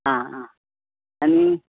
आं आं आनी